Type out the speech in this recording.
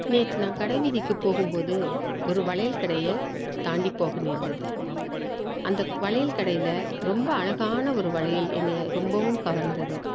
நேற்று நான் கடைவீதிக்கு போகும்போது ஒரு வளையல் கடையை தாண்டி போக நேர்ந்தது அந்த வளையல் கடையில் ரொம்ப அழகான ஒரு வளையல் என்னை ரொம்பவும் கவர்ந்தது